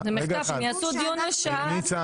את היקר לנו מכל.